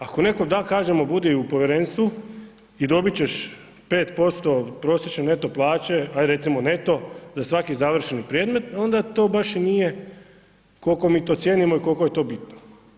Ako nekome kažemo budi u Povjerenstvu i dobit ćeš 5% prosječne neto plaće, hajde recimo neto za svaki završeni predmet onda to baš i nije koliko mi to cijenimo i koliko je to bitno.